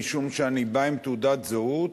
משום שאני בא עם תעודת זהות